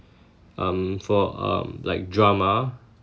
um for um like drama